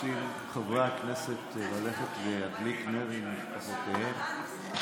רוצים חברי הכנסת ללכת להדליק נר עם משפחותיהם.